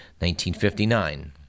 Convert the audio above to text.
1959